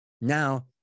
now